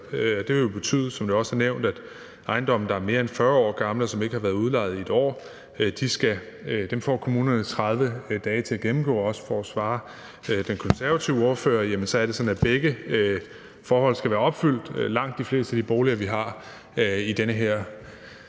til at gennemgå ejendomme, der er mere end 40 år gamle, og som ikke har været udlejet i 1 år. Og for at svare den konservative ordfører er det sådan, at begge forhold skal være opfyldt. Langt de fleste af de boliger, vi har, både i de